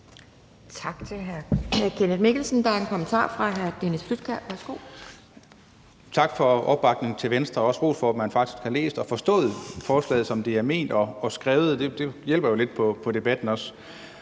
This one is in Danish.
for opbakningen – og også ros for, at man faktisk har læst og forstået forslaget, som det er ment og skrevet; det hjælper jo også lidt på debatten.